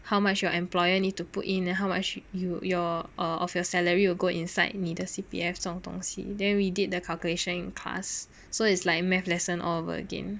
how much your employer need to put in and how much you your of your salary will go inside neither C_P_F 这种东西 then we did the calculation in class so is like math lesson all over again